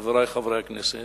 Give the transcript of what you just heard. חברי חברי הכנסת,